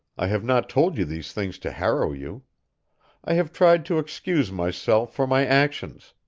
i have not told you these things to harrow you i have tried to excuse myself for my actions.